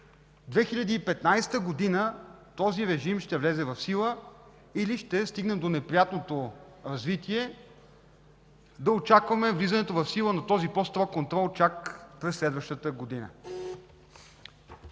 в 2015 г. този режим ще влезе в сила или ще стигнем до неприятното развитие – да очакваме влизането в сила на този по-строг контрол чак през следващата година?